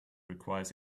requires